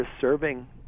serving